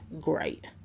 great